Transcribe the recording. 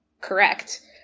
correct